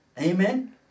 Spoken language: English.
Amen